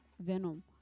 Venom